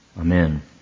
Amen